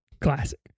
Classic